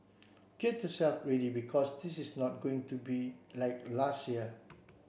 get yourself ready because this is not going to be like last year